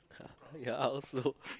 ya I also